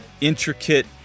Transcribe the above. intricate